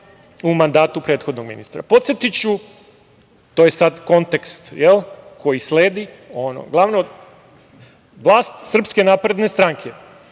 u mandatu prethodnog ministra. Podsetiću, to je sad kontekst koji sledi ono glavno, vlast SNS je 20.